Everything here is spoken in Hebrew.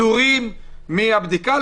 פטורים מהבדיקה,